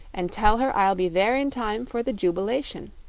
and tell her i'll be there in time for the jubilation.